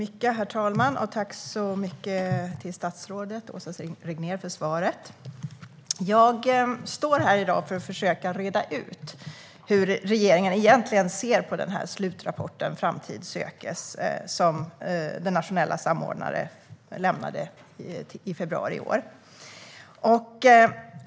Herr talman! Jag tackar statsrådet Åsa Regnér så mycket för svaret. Jag står här i dag för att försöka reda ut hur regeringen egentligen ser på slutrapporten Framtid sökes , som den nationella samordnaren lämnade i februari i år.